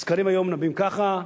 הסקרים היום מנבאים ככה.